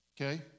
Okay